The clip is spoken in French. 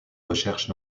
recherches